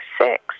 six